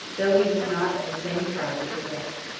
though he was not of the same tribe with the rest.